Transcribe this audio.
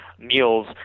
meals